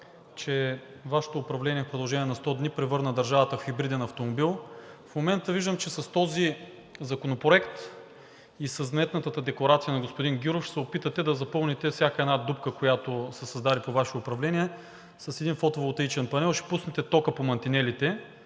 че Вашето управление в продължение на 100 дни превърна държавата в хибриден автомобил, в момента виждам, че с този законопроект и с вметнатата декларация на господин Гюров ще се опитате да запълните всяка една дупка, която се създаде по време на Вашето управление с един фотоволтаичен панел. Ще пуснете тока по мантинелите,